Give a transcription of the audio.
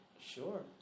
Sure